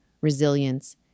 resilience